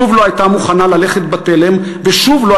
שוב לא הייתה מוכנה ללכת בתלם ושוב לא